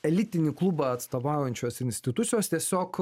elitinį klubą atstovaujančios institucijos tiesiog